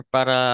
Para